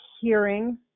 hearing